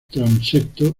transepto